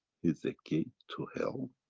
is the gate to hell.